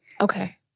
Okay